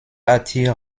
attire